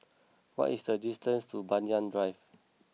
what is the distance to Banyan Drive